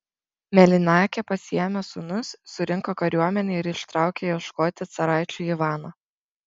mėlynakė pasiėmė sūnus surinko kariuomenę ir ištraukė ieškoti caraičio ivano